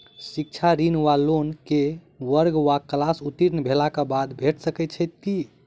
शिक्षा ऋण वा लोन केँ वर्ग वा क्लास उत्तीर्ण भेलाक बाद भेट सकैत छी?